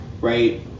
right